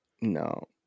No